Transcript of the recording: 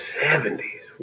70s